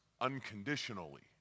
unconditionally